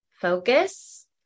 focus